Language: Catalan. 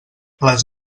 les